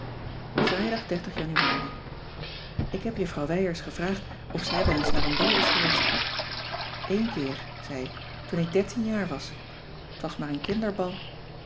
rijdag anuari k heb juffrouw wijers gevraagd of zij wel eens naar een bal is geweest eén keer zei ze toen ik dertien jaar was t was maar een